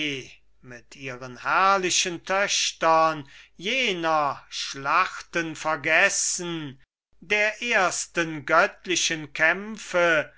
mit ihren herrlichen töchtern jener schlachten vergessen der ersten göttlichen kämpfe